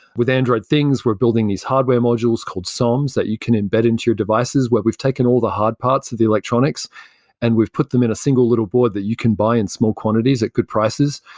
with android things, we're building these hardware modules called soms that you can embed into your devices where we've taken all the hard parts of the electronics and we've put them in a single little board that you can buy in small quantities at good prices.